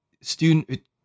student